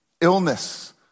illness